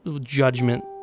judgment